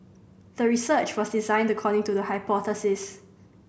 the research was designed according to the hypothesis